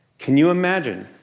can you imagine?